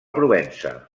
provença